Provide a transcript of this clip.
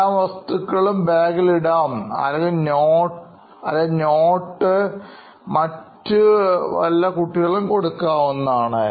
എല്ലാം വസ്തുക്കളും ബാഗിൽഇടാം അല്ലെങ്കിൽ നോട്സ് മറ്റു വല്ലവർക്കും കൊടുക്കാവുന്നതാണ്